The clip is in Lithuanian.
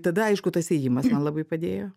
tada aišku tas ėjimas man labai padėjo